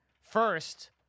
first